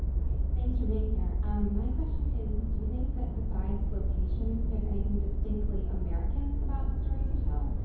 hi. thanks for being here. um my question is, do you think that besides location, there's anything distinctly american about the stories you tell?